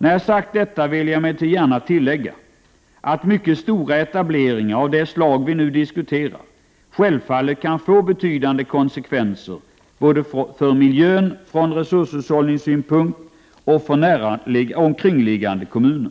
När jag sagt detta vill jag emellertid gärna tillägga att mycket stora etableringar av det slag vi nu diskuterar självfallet kan få betydande konsekvenser för miljön, från resurshushållningssynpunkt och för omkringliggande kommuner.